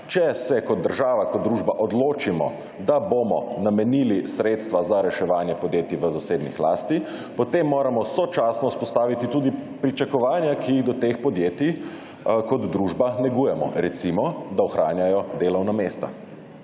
Če se država kot družba odločimo, da bomo namenili sredstva za reševanje podjetjih v zasebni lasti, potem moramo sočasno vzpostaviti tudi pričakovanja, ki jih do teh podjetij kot družba negujemo recimo, da ohranjajo delovna mesta.